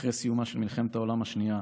אחרי סיומה של מלחמת העולם השנייה,